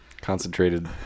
Concentrated